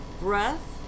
breath